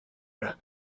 era